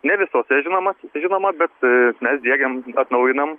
ne visose žinoma žinoma bet mes diegiam atnaujinam